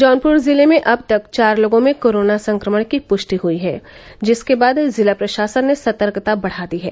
जौनपुर जिले में अब तक चार लोगों में कोरोना संक्रमण की पृष्टि हो चुकी है जिसके बाद जिला प्रशासन ने सतर्कता बढ़ा दी है